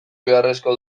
beharrezko